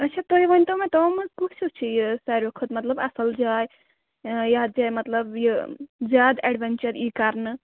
اَچھا تُہۍ ؤنۍتو مےٚ تِمو منٛز کُس چھُ یہِ ساروٕے کھۄتہٕ مطلب اَصٕل جاے یَتھ جایہِ مطلب یہِ زیادٕ ایڈوینچَر یِیہِ کَرنہٕ